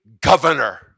governor